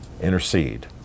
intercede